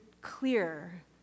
clear